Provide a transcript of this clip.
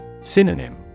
Synonym